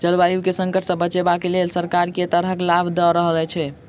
जलवायु केँ संकट सऽ बचाबै केँ लेल सरकार केँ तरहक लाभ दऽ रहल छै?